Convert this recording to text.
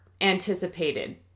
anticipated